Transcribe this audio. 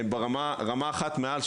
רמה אחת מעל,